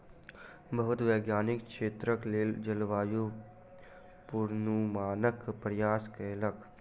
बहुत वैज्ञानिक क्षेत्रक लेल जलवायु पूर्वानुमानक प्रयास कयलक